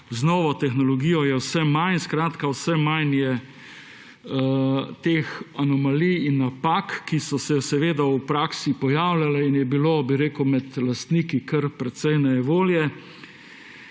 z novo tehnologijo vse manj. Vse manj je teh anomalij in napak, ki so se seveda v praksi pojavljale in je bilo med lastniki kar precej nejevolje.